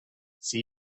see